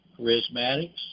charismatics